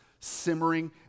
simmering